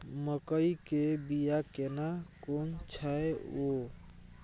मकई के बिया केना कोन छै यो?